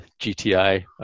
GTI